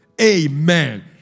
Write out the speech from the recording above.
Amen